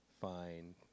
fine